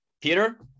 peter